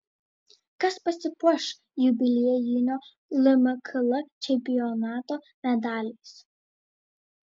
kas pasipuoš jubiliejinio lmkl čempionato medaliais